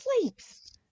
sleeps